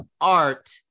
art